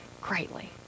greatly